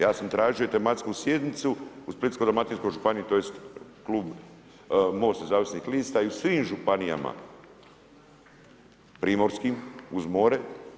Ja sam tražio tematsku sjednicu u Splitsko-dalmatinskoj županiji tj. Klub MOST nezavisnih lista i u svim županija primorskim, uz more.